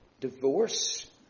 divorce